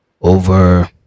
Over